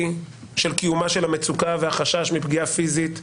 של קיומה של המצוקה והחשש מפגיעה פיזית ברכוש.